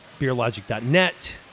beerlogic.net